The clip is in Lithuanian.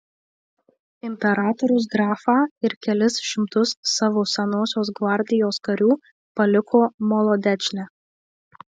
imperatorius grafą ir kelis šimtus savo senosios gvardijos karių paliko molodečne